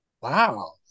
Wow